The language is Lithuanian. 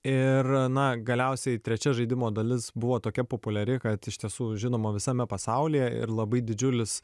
ir na galiausiai trečia žaidimo dalis buvo tokia populiari kad iš tiesų žinoma visame pasaulyje ir labai didžiulis